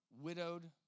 widowed